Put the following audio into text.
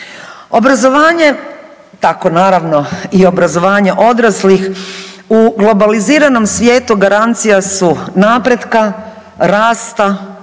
Obrazovanje, tako naravno i obrazovanje odraslih u globaliziranom svijetu garancija su napretka, rasta